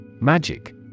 Magic